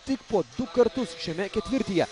tik po du kartus šiame ketvirtyje